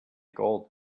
gold